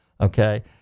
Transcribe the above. okay